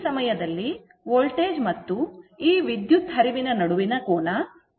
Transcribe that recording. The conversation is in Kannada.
ಈ ಸಮಯದಲ್ಲಿ ವೋಲ್ಟೇಜ್ ಮತ್ತು ಈ ವಿದ್ಯುತ್ ಹರಿವಿನ ನಡುವಿನ ಕೋನ ϕ ಆಗಿದೆ